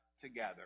together